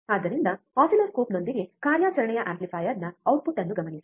ಆದ್ದರಿಂದ ಆಸಿಲ್ಲೋಸ್ಕೋಪ್ನೊಂದಿಗೆ ಕಾರ್ಯಾಚರಣೆಯ ಆಂಪ್ಲಿಫೈಯರ್ನ ಔಟ್ಪುಟ್ ಅನ್ನು ಗಮನಿಸಿ